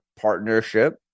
partnership